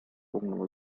полного